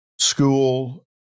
school